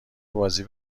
بازی